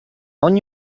ogni